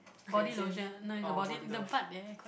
body lotion no is a body the butt there quite